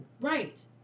Right